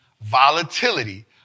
volatility